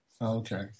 Okay